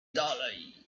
dalej